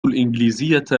الإنجليزية